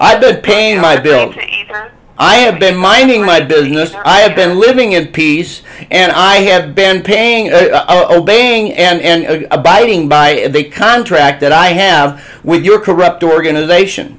did pay my bills i have been minding my business i have been living in peace and i have been paying obeying and abiding by the contract that i have with your corrupt organization